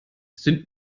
sind